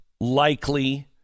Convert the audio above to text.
likely